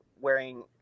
wearing